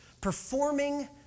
performing